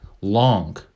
long